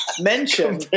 mention